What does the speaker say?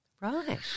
Right